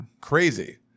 crazy